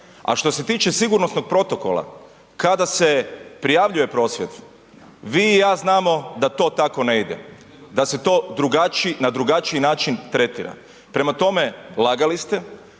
A što se tiče sigurnosnog protokola kada se prijavljuje prosvjed, vi i ja znamo da to tako ne ide, da se to na drugačiji način tretira. Prema tome, lagali ste,